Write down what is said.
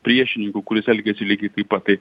priešininku kuris elgiasi lygiai taip pat tai